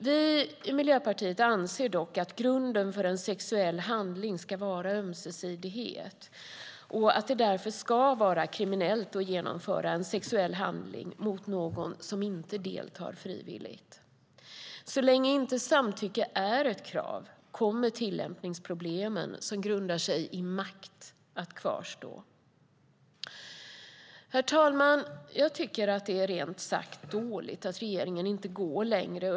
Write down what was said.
Vi i Miljöpartiet anser dock att grunden för en sexuell handling ska vara ömsesidighet och att det därför ska vara kriminellt att genomföra en sexuell handling mot någon som inte deltar frivilligt. Så länge inte samtycke är ett krav kommer tillämpningsproblemen som grundar sig i makt att kvarstå. Herr talman! Jag tycker att det rent ut sagt är dåligt att regeringen inte går längre.